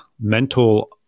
mental